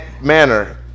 manner